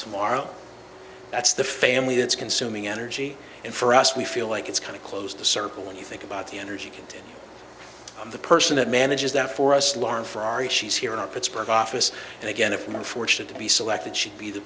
tomorrow that's the family that's consuming energy and for us we feel like it's kind of close the circle when you think about the energy content of the person that manages that for us lauren ferrari she's here in our pittsburgh office and again if i'm fortunate to be selected she'd be the